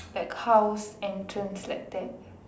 that house entrance like that